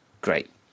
great